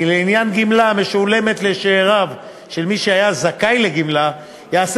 לעניין גמלה המשולמת לשאיריו של מי שהיה זכאי לגמלה ייעשה